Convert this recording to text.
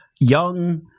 young